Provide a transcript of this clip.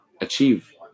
achieve